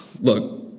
look